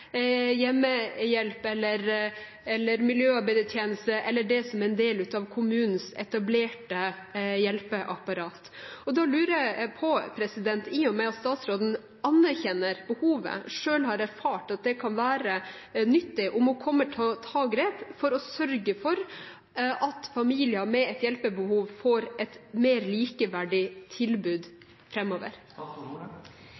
hjemmehjelp eller miljøarbeidertjeneste er en del av kommunens etablerte hjelpeapparat. Jeg lurer på, i og med at statsråden anerkjenner behovet og selv har erfart at det kan være nyttig, om hun kommer til å ta grep og sørge for at familier med hjelpebehov får et mer likeverdig tilbud